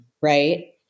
right